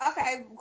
Okay